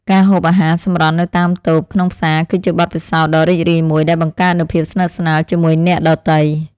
ការហូបអាហារសម្រន់នៅតាមតូបក្នុងផ្សារគឺជាបទពិសោធន៍ដ៏រីករាយមួយដែលបង្កើតនូវភាពស្និទ្ធស្នាលជាមួយអ្នកដទៃ។